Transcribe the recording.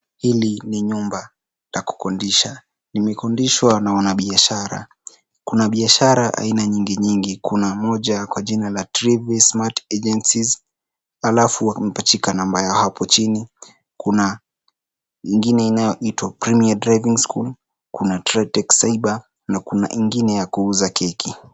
Hili ni nyumba la kukodisha. Limekodishwa na wanabiashara. Kuna biashara aina nyingi nyingi. Kuna moja kwa jina la trevis mart agencies, alafu wamepachika namba yao hapo chini. Kuna ingine inayoitwa, premier driving school, kuna track it cyber, na kuna ingine ya kuuza keki.